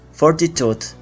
fortitude